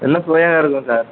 எல்லாம் சுவையாக இருக்கும் சார்